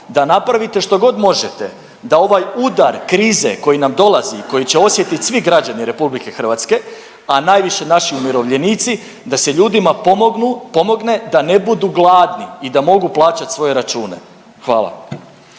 da napravite što god možete da ovaj udar krize koji nam dolazi, koji će osjetiti svi građani Republike Hrvatske a najviše naši umirovljenici da se ljudima pomogne da ne budu gladni i da mogu plaćati svoje račune. Hvala.